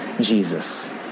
Jesus